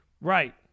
Right